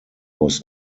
was